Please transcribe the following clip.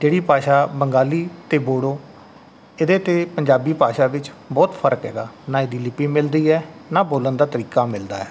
ਜਿਹੜੀ ਭਾਸ਼ਾ ਬੰਗਾਲੀ ਅਤੇ ਬੋਡੋ ਇਹਦੇ ਅਤੇ ਪੰਜਾਬੀ ਭਾਸ਼ਾ ਵਿੱਚ ਬਹੁਤ ਫਰਕ ਹੈਗਾ ਨਾ ਇਹਦੀ ਲਿਪੀ ਮਿਲਦੀ ਹੈ ਨਾ ਬੋਲਣ ਦਾ ਤਰੀਕਾ ਮਿਲਦਾ ਹੈ